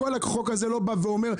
כל החוק הזה לא בא ואומר,